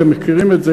אתם מכירים את זה,